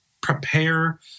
prepare